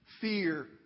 fear